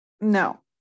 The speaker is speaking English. no